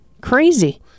Crazy